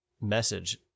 message